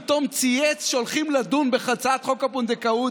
פתאום צייץ שהולכים לדון בהצעת חוק הפונדקאות.